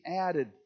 added